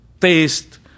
taste